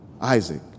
Isaac